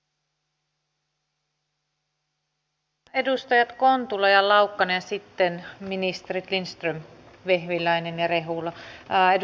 otetaan vielä edustajat kontula ja laukkanen ja sitten ministerit lindström vehviläinen ja rehula